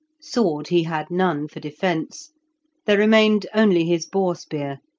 sword he had none for defence there remained only his boar spear,